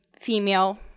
female